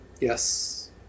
Yes